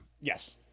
Yes